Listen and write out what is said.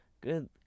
good